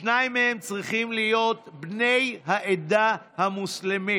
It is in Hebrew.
שניים מהם צריכים להיות בני העדה המוסלמית.